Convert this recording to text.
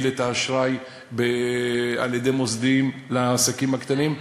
את האשראי על-ידי מוסדיים לעסקים הקטנים,